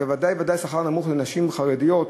ודאי וודאי שכר נמוך לנשים חרדיות,